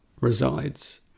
resides